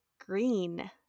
green